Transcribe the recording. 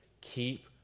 Keep